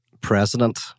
president